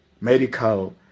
medical